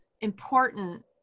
important